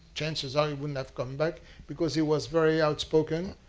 chances are he wouldn't have come back because he was very outspoken.